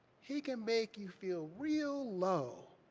he can make you feel real low.